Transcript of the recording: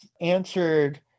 answered